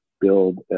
build